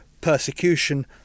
persecution